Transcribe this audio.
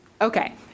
Okay